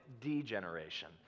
degeneration